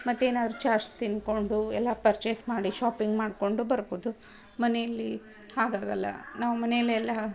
ಮತ್ತೇನಾದ್ರೂ chats ತಿಂದ್ಕೊಂಡು ಎಲ್ಲ purchase ಮಾಡಿ ಶಾಪಿಂಗ್ ಮಾಡಿಕೊಂಡು ಬರ್ಬೋದು ಮನೆಯಲ್ಲಿ ಹಾಗಾಗಲ್ಲ ನಾವು ಮನೆಯಲ್ಲೇ ಎಲ್ಲ